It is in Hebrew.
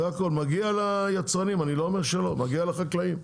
מגיע ליצרנים, מגיע לחקלאים.